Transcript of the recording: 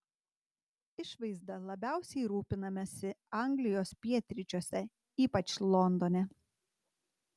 išvaizda labiausiai rūpinamasi anglijos pietryčiuose ypač londone